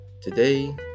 today